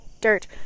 dirt